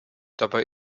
dabei